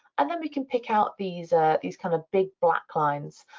and then we can pick out these ah these kind of big black lines.